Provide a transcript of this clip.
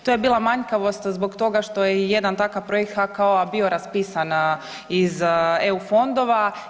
To je bila manjkavost zbog toga što je jedan takav projekt HKO-a bio raspisan iz EU fondova.